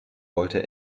wollte